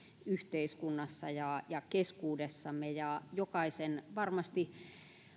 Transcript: yhteiskunnassa ja ja keskuudessamme ja jokaisen varmasti